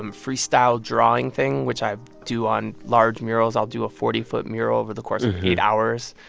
um freestyle drawing thing, which i do on large murals. i'll do a forty foot mural over the course of eight hours,